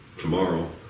tomorrow